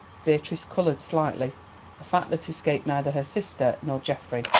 beatrice coloured slightly, a fact that escaped neither her sister nor geoffrey.